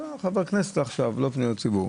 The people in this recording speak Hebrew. אתה חבר כנסת עכשיו, לא פניות ציבור.